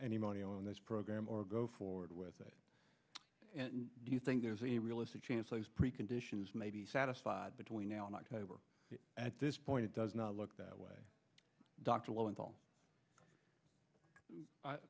any money on this program or go forward with it and do you think there's a realistic chance those preconditions may be satisfied between now and october at this point it does not look that way dr